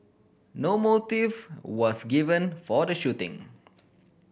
no motive was given for the shooting